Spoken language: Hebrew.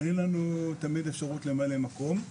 אין לנו תמיד אפשרות למלא מקום,